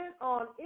on